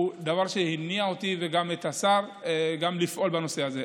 הוא דבר שהניע אותי וגם את השר לפעול בנושא הזה.